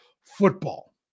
football